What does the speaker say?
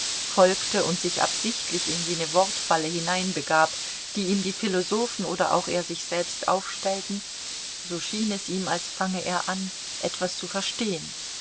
folgte und sich absichtlich in jene wortfalle hineinbegab die ihm die philosophen oder auch er sich selbst aufstellten so schien es ihm als fange er an etwas zu verstehen